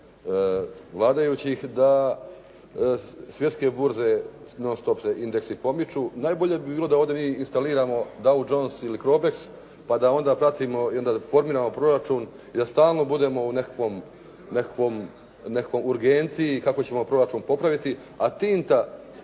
vladajućih da svjetske burze non stop se indeksi pomiču. Najbolje bi bilo da ovdje nije instalirano down jones ili crobex pa da ona pratimo i onda formiramo proračun, i da stalno budemo u nekakvom urgenciji kako ćemo proračun popraviti, a tinta